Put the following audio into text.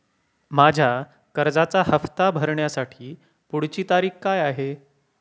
माझ्या कर्जाचा हफ्ता भरण्याची पुढची तारीख काय आहे?